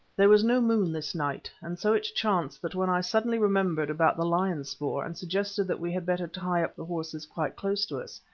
there was no moon this night, and so it chanced that when i suddenly remembered about the lion spoor, and suggested that we had better tie up the horses quite close to us,